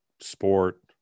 sport